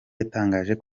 yatangaje